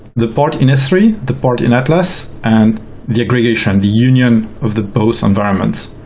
the part in s three, the part in atlas, and the aggregation, the union of the both environments.